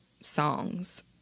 songs